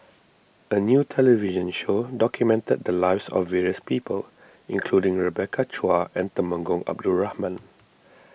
a new television show documented the lives of various people including Rebecca Chua and Temenggong Abdul Rahman